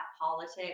politics